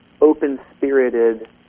open-spirited